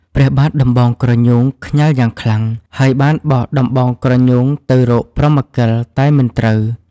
ព្រះបាទដំបងក្រញូងខ្ញាល់យ៉ាងខ្លាំង ហើយបានបោះដំបងក្រញូងទៅរកព្រហ្មកិល តែមិនត្រូវ ។